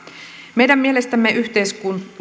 meidän mielestämme yhteiskunnan